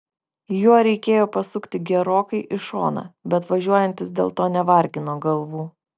juo reikėjo pasukti gerokai į šoną bet važiuojantys dėl to nevargino galvų